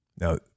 Now